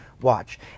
watch